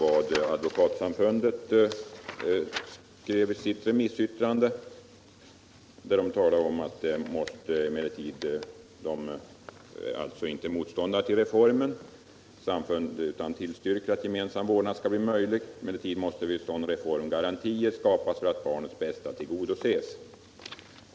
Advokatsamfundet skrev att man inte är motståndare till reformen utan tillstyrker att gemensam vårdnad skall bli möjlig. Emellertid måste, framhöll samfundet, vid en sådan reform garantier skapas för att barnens bästa tillgodoses.